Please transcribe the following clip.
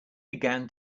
began